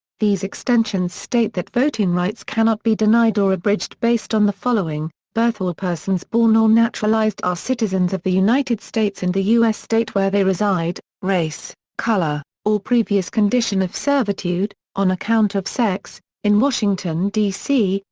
these extensions state that voting rights cannot be denied or abridged based on the following birth all persons born or naturalized are citizens of the united states and the u s. state where they reside race, color, or previous condition of servitude on account of sex in washington, d c,